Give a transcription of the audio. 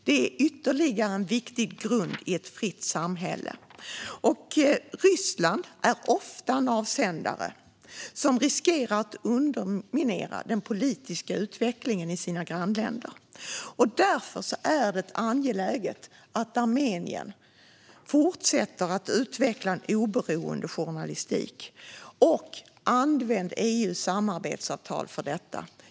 Det är en grundpelare för ett fritt samhälle. Ryssland är ofta en avsändare som riskerar att underminera den politiska utvecklingen i sina grannländer. Därför är det angeläget att Armenien fortsätter utveckla oberoende journalistik och använder EU:s samarbetsavtal till det.